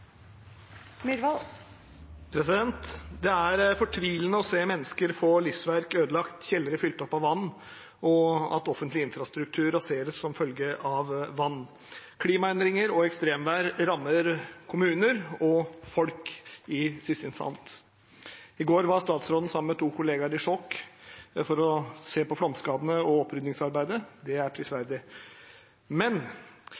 fortvilende å se mennesker få livsverk ødelagt, kjellere fylt opp av vann, og at offentlig infrastruktur raseres som følge av vann. Klimaendringer og ekstremvær rammer kommuner og i siste instans folk. I går var statsråden sammen med to kollegaer i Skjåk for å se på flomskadene og oppryddingsarbeidet. Det er